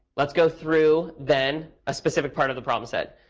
let's go through, then, a specific part of the problem set.